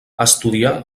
estudià